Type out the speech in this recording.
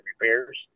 repairs